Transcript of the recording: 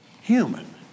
human